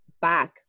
back